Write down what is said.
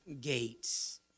gates